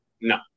No